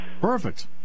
Perfect